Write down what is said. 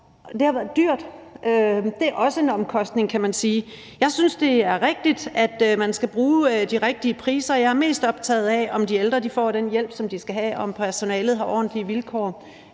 det har været dyrt. Det er også en omkostning, kan man sige. Jeg synes, det er rigtigt, at man skal bruge de rigtige priser. Jeg er mest optaget af, om de ældre får den hjælp, som de skal have, og om personalet har ordentlige vilkår,